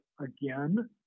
again